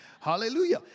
hallelujah